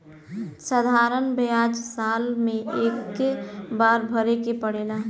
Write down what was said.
साधारण ब्याज साल मे एक्के बार भरे के पड़ेला